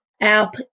app